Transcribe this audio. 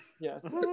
Yes